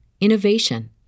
innovation